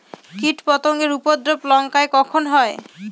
কীটপতেঙ্গর উপদ্রব লঙ্কায় কখন হয়?